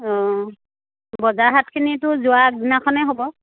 অঁ বজাৰ হাটখিনিতো যোৱা আগদিনাখনে হ'ব